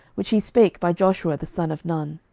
which he spake by joshua the son of nun.